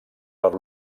per